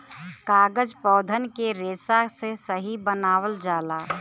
कागज पौधन के रेसा से ही बनावल जाला